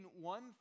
one